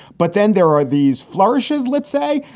but then there are these flourishes, let's say,